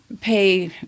pay